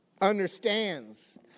understands